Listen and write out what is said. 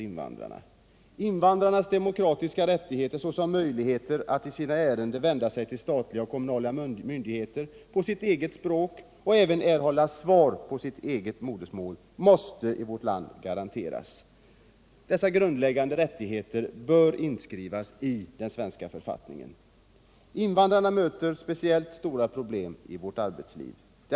Invandrarnas demokratiska rättighet att i sina ärenden ha möjlighet att vända sig till statliga och kommunala myndigheter på sitt eget språk och även erhålla svar på sitt eget modersmål måste garanteras i vårt land. Dessa grundläggande rättigheter bör inskrivas i den svenska författningen. Invandrarna möter speciellt stora problem i arbetslivet.